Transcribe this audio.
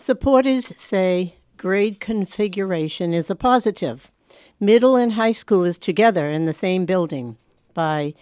supporters say grade configuration is a positive middle and high school is together in the same building by